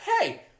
Hey